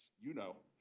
you know,